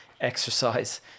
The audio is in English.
exercise